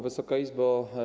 Wysoka Izbo!